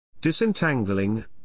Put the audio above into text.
Disentangling